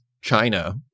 China